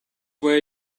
where